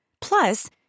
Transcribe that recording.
Plus